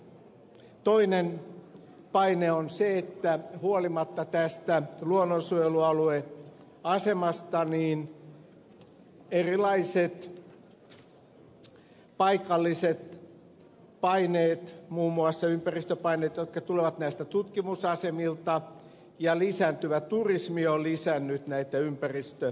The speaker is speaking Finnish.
toinen paine on se että huolimatta tästä luonnonsuojelualueasemasta erilaiset paikalliset paineet muun muassa ympäristöpaineet jotka tulevat näiltä tutkimusasemilta ja lisääntyvä turismi ovat lisänneet näitä ympäristöhaittoja